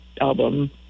album